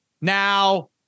Now